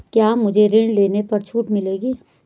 क्या मुझे ऋण लेने पर छूट मिलेगी?